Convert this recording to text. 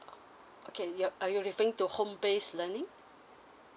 okay yup are you referring to home base learning